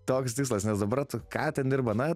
toks tikslas nes dabar tu ką ten dirba na